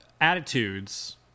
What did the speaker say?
attitudes